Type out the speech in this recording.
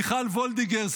מיכל וולדיגר,